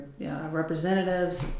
representatives